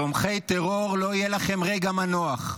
תומכי טרור, לא יהיה לכם רגע מנוח.